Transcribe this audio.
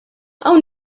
hawn